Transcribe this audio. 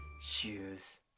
Shoes